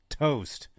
toast